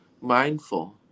mindful